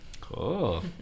Cool